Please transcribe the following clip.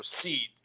proceed